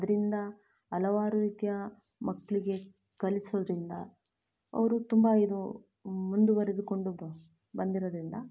ಅದರಿಂದ ಹಲವಾರು ರೀತಿಯ ಮಕ್ಕಳಿಗೆ ಕಲ್ಸೋದ್ರಿಂದ ಅವರು ತುಂಬ ಏನು ಮುಂದುವರೆದುಕೊಂಡು ಬಂದು ಬಂದಿರೋದ್ರಿಂದ